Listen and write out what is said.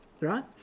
right